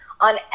on